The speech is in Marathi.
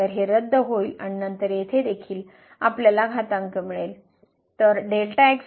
तर हे रद्द होईल आणि नंतर येथे देखील आपल्याला घातांक मिळेल